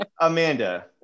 amanda